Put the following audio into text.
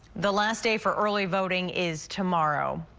the last day for early voting is tomorrow.